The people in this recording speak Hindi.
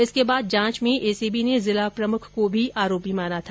जिसके बाद जांच में एसीबी ने जिला प्रमुख सुरेंद्र को भी आरोपी माना था